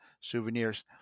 souvenirs